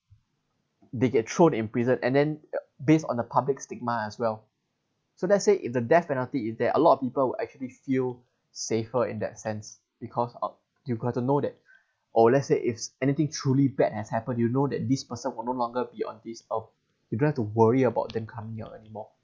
they get thrown in prison and then based on the public stigma as well so let's say if the death penalty is there a lot of people will actually feel safer in that sense because o~ you got to know that oh let's say if anything truly bad has happened you know that this person will no longer be on this earth you don't have to worry about them coming out anymore